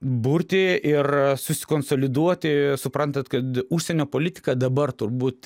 burti ir susikonsoliduoti suprantat kad užsienio politika dabar turbūt